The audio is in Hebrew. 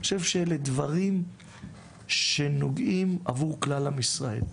אני חושב שאלו דברים שנוגעים עבור כלל עם ישראל,